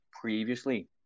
previously